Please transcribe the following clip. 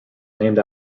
named